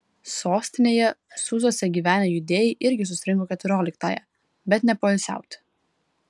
sostinėje sūzuose gyvenę judėjai irgi susirinko keturioliktąją bet ne poilsiauti